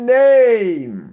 name